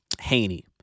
Haney